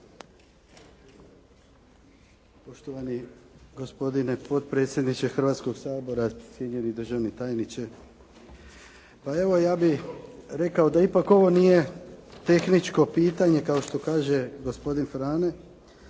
Poštovani gospodine potpredsjedniče Hrvatskog sabora, cijenjeni državni tajniče. Pa evo ja bih rekao da ipak ovo nije tehničko pitanje kao što kaže gospodin Frane,